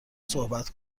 صحبت